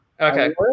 Okay